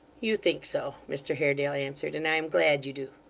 you think so mr haredale answered, and i am glad you do.